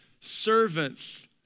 Servants